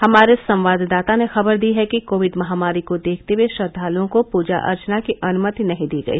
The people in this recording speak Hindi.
हमारे संवाददाता ने खबर दी है कि कोविड महामारी को देखते हुए श्रद्वालुओं को पूजा अर्चना की अनुमति नहीं दी गई